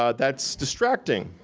ah that's distracting,